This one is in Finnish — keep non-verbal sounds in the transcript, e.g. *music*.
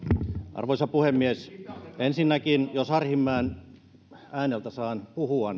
arvoisa puhemies ensinnäkin jos arhinmäen ääneltä saan puhua *unintelligible*